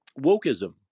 Wokeism